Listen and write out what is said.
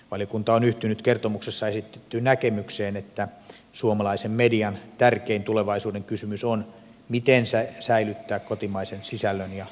valiokunta on yhtynyt kertomuksessa esitettyyn näkemykseen että suomalaisen median tärkein tulevaisuuden kysymys on miten säilyttää kotimaisen sisällön ja tuotannon kilpailukyky